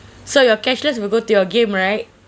so your cashless will go to your game right